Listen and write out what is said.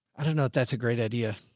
i don't know if that's a great idea.